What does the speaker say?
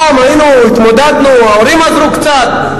פעם התמודדנו, ההורים עזרו קצת.